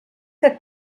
que